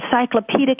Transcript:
encyclopedic